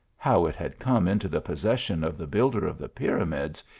how it had come into the possession of the builder of the pyramids,